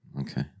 Okay